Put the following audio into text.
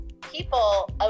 people